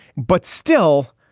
but still,